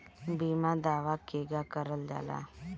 बीमा दावा केगा करल जाला?